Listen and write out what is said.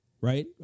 Right